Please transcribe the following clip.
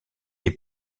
est